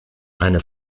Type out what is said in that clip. eine